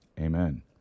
Amen